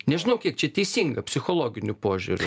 nežinau kiek čia teisinga psichologiniu požiūriu